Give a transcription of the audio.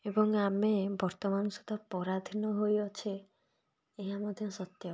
ଏବଂ ଆମେ ବର୍ତ୍ତମାନ ସୁଦ୍ଧା ପରାଧୀନ ହୋଇ ଅଛେ ଏହା ମଧ୍ୟ ସତ୍ୟ ଅଟେ